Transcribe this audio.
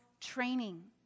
training